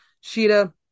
Sheeta